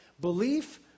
Belief